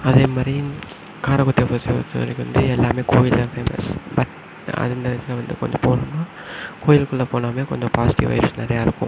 அதே மாதிரி காரைக்குடி பக்கத்தில் பொறுத்தவரைக்கும் வந்து எல்லாமே கோயில்தான் ஃபேமஸ் அதுவும் இந்த இடத்துல வந்து கொஞ்சம் போகணுனா கோயில் குள்ளே போனாலே கொஞ்சம் பாசிட்டிவ் வைப்ஸ் நிறையா இருக்கும்